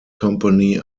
company